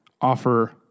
offer